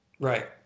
Right